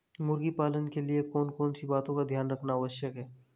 मुर्गी पालन के लिए कौन कौन सी बातों का ध्यान रखना आवश्यक है?